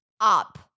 up